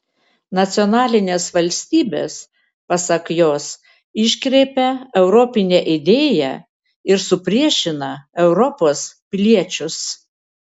nacionalinės valstybės pasak jos iškreipia europinę idėją ir supriešina europos piliečius